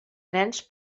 nens